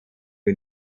new